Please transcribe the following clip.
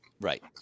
right